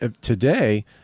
today